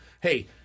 hey